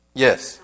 Yes